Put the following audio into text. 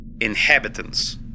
inhabitants